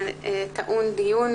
זה טעון דיון.